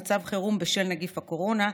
"מצב חירום בשל נגיף הקורונה",